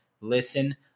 listen